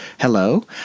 Hello